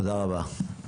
תודה רבה.